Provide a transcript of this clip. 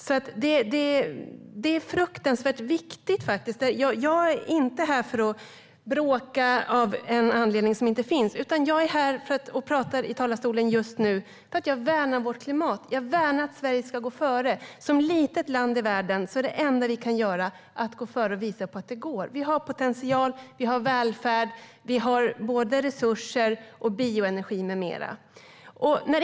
Detta är fruktansvärt viktigt. Jag är inte här för att bråka av en anledning som inte finns, utan jag är här och pratar i talarstolen just nu därför att jag värnar vårt klimat och att Sverige ska gå före. Som litet land i världen är det enda vi kan göra att gå före och visa att det går. Vi har potential, vi har välfärd och vi har resurser, bioenergi med mera.